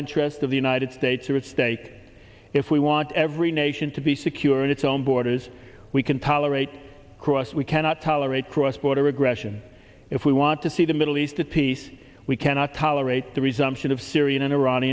interests of the united states are at stake if we want every nation to be secure in its own borders we can tolerate cross we cannot tolerate cross border aggression if we want to see the middle east peace we cannot tolerate the resumption of syrian and iran